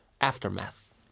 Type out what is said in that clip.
aftermath